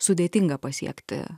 sudėtinga pasiekti